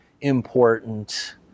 important